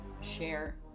share